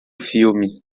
filme